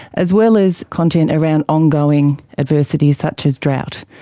as well as content around ongoing adversities such as drought,